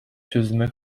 çözüme